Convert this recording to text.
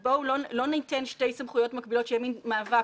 לא ניתן שתי סמכויות מקבילות שהן מאבק